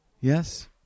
Yes